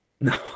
No